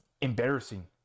embarrassing